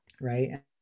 Right